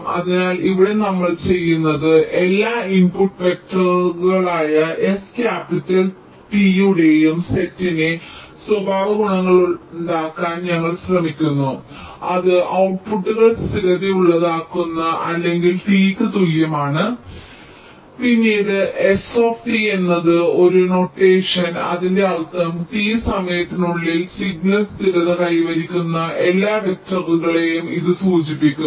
അതിനാൽ ഇവിടെ നമ്മൾ ചെയ്യുന്നത് എല്ലാ ഇൻപുട്ട് വെക്റ്ററുകളായ S ക്യാപിറ്റൽ T യുടെയും സെറ്റിനെ സ്വഭാവഗുണങ്ങളാക്കാൻ ഞങ്ങൾ ശ്രമിക്കുന്നു അത് ഔട്ട്പുട്ടുകൾ സ്ഥിരതയുള്ളതാക്കുന്നു അല്ലെങ്കിൽ Tക്ക് തുല്യമാണ് പിന്നീട് S എന്നത് ഒരു നൊട്ടേഷനാണ് അതിന്റെ അർത്ഥം T സമയത്തിനുള്ളിൽ സിഗ്നൽ സ്ഥിരത കൈവരിക്കുന്ന എല്ലാ വെക്റ്ററുകളെയും ഇത് സൂചിപ്പിക്കുന്നു